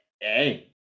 Hey